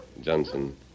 Johnson